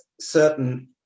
certain